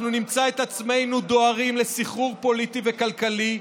אנחנו נמצא את עצמנו דוהרים לסחרור פוליטי וכלכלי,